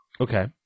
Okay